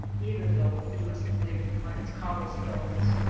even though he must sleep on its cobble-stones?